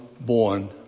born